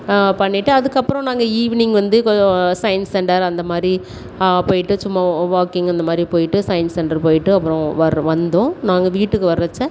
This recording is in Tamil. பண்ணிவிட்டு அதுக்கப்புறம் நாங்கள் ஈவினிங் வந்து கொஞ்சம் சைன்ஸ் சென்டர் அந்தமாதிரி போய்விட்டு சும்மா வாக்கிங் அந்தமாதிரி போய்விட்டு சைன்ஸ் சென்டர் போய்விட்டு அப்புறம் வரு வந்தோம் நாங்கள் வீட்டுக்கு வர்ரச்சே